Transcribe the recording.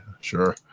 Sure